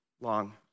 long